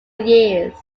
years